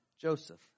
Joseph